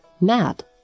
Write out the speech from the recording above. mad